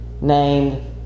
named